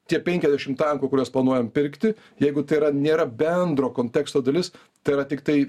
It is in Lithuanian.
tie penkiasdešimt tankų kuriuos planuojam pirkti jeigu tai yra nėra bendro konteksto dalis tai yra tiktai